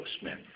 Smith